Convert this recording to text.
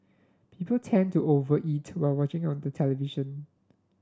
people tend to over eat while watching on the television